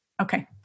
Okay